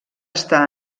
estar